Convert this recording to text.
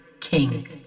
king